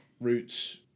Roots